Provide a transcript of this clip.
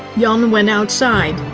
yeah um and went outside,